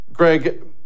Greg